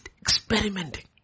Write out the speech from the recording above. experimenting